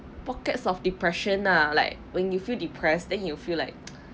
pockets of depression lah like when you feel depressed then you feel like